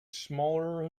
smaller